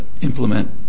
implement